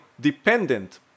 dependent